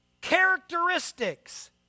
characteristics